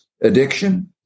addiction